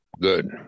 good